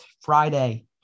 friday